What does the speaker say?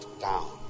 down